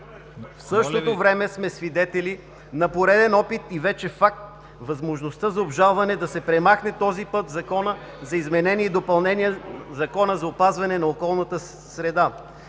В същото време сме свидетели на пореден опит и вече факт възможността за обжалване да се премахне този път в Закона за опазване на околната среда.